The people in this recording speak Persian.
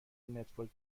نتورک